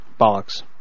Bollocks